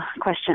question